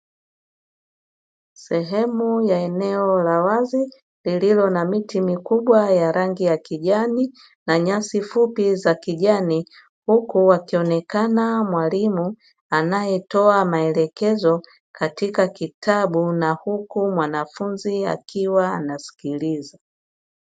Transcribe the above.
Sehemu ya eneo la wazi lililo na miti mikubwa ya rangi ya kijani, na nyasi fupi za kijani, huku akionekana mwalimu anayetoa maelekezo katika kitabu, na huku mwanafunzi akiwa anasikiliza.